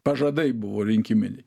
pažadai buvo rinkiminiai